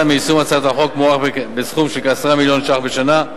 מיישום הצעת החוק הוא סכום של 10 מיליון שקלים בשנה,